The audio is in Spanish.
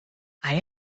hay